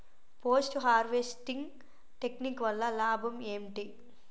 Post harvesting technique వల్ల లాభం ఏంటి?